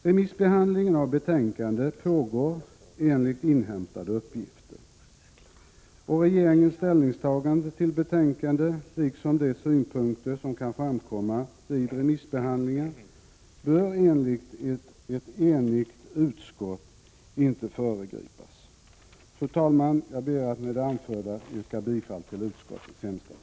Remissbehandling av betänkandet pågår enligt inhämtade uppgifter. Regeringens ställningstagande till betänkandet liksom de synpunkter som kan framkomma vid remissbehandlingen bör enligt ett enigt utskott inte föregripas. Fru talman! Jag ber med det anförda att få yrka bifall till utskottets hemställan.